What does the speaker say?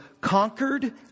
conquered